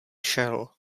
šel